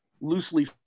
loosely